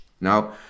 Now